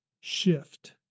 shift